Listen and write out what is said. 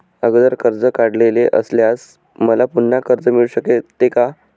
अगोदर कर्ज काढलेले असल्यास मला पुन्हा कर्ज मिळू शकते का?